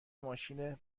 ماشین